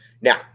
now